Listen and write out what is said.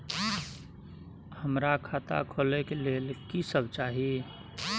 हमरा खाता खोले के लेल की सब चाही?